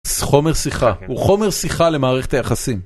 חומר סיכה הוא חומר סיכה למערכת היחסים.